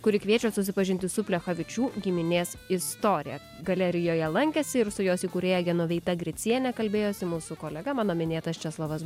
kuri kviečia susipažinti su plechavičių giminės istorija galerijoje lankėsi ir su jos įkūrėja genoveita griciene kalbėjosi mūsų kolega mano minėtas česlovas